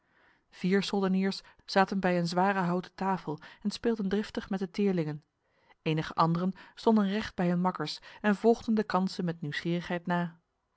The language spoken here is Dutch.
vier soldeniers zaten bij een zware houten tafel en speelden driftig met de teerlingen enige anderen stonden recht bij hun makkers en volgden de kansen met nieuwsgierigheid na